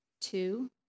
two